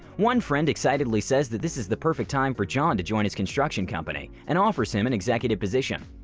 one friend excitedly says that this is the perfect time for john to join his construction company and offers him an executive position.